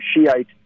Shiite